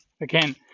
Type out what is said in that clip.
Again